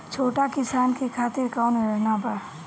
छोटा किसान के खातिर कवन योजना बा?